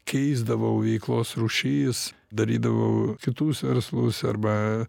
keisdavau veiklos rūšis darydavau kitus verslus arba